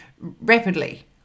rapidly